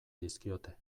dizkiote